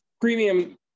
premium